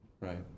right